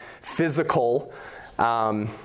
physical